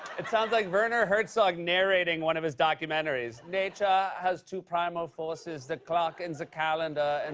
it sounds like werner herzog narrating one of his documentaries. nature has two primal forces, the clock and the calendar and